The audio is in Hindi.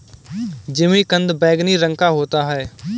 जिमीकंद बैंगनी रंग का होता है